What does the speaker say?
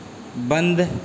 बंद